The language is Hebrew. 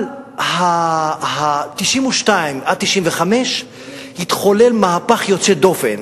אבל ב-1992 עד 1995 התחולל מהפך יוצא דופן